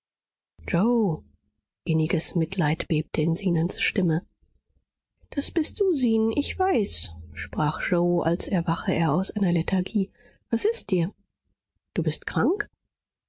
yoe inniges mitleid bebte in zenons stimme das bist du zen ich weiß sprach yoe als erwache er aus einer lethargie was ist dir du bist krank